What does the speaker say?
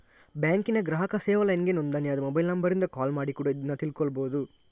ಬ್ಯಾಂಕಿನ ಗ್ರಾಹಕ ಸೇವಾ ಲೈನ್ಗೆ ನೋಂದಣಿ ಆದ ಮೊಬೈಲ್ ನಂಬರಿಂದ ಕಾಲ್ ಮಾಡಿ ಕೂಡಾ ಇದ್ನ ತಿಳ್ಕೋಬಹುದು